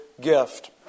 gift